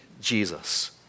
Jesus